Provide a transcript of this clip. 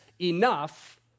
enough